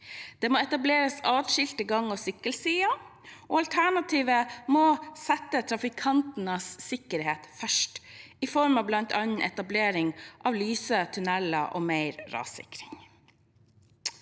Det må etableres atskilte gang- og sykkelstier, og alternativet må sette trafikantenes sikkerhet først i form av bl.a. etablering av lyse tunneler og mer rassikring.